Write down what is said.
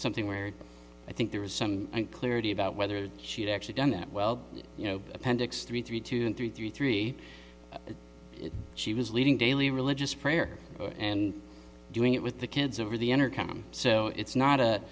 something where i think there was some clarity about whether she'd actually done that well you know appendix three three two and three three three she was leading daily religious prayer and doing it with the kids over the intercom so it's not